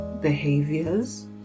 behaviors